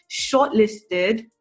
shortlisted